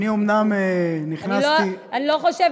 הוצבע, הוצבע.